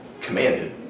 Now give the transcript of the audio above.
commanded